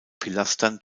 pilastern